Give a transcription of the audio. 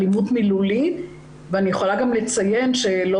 אלימות מילולית ואני יכולה גם לציין שלא